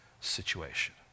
situation